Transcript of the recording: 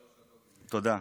תודה.